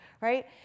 Right